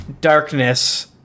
darkness